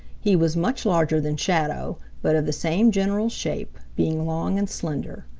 he was much larger than shadow, but of the same general shape, being long and slender.